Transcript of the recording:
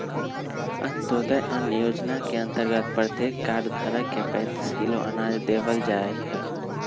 अंत्योदय अन्न योजना के अंतर्गत प्रत्येक कार्ड धारक के पैंतीस किलो अनाज देवल जाहई